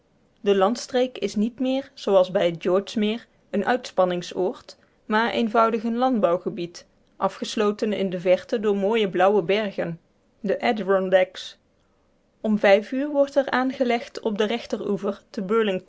de landstreek is niet meer zooals bij het george meer een uitspanningsoord maar eenvoudig een landbouwgebied afgesloten in de verte door mooie blauwe bergen de adirondacks om vijf uur wordt er aangelegd op den rechteroever te